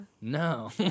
No